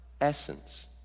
essence